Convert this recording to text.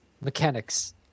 mechanics